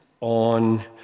on